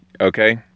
Okay